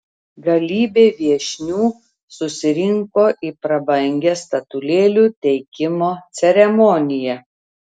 galybė viešnių susirinko į prabangią statulėlių teikimo ceremoniją